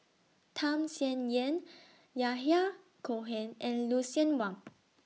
Tham Sien Yen Yahya Cohen and Lucien Wang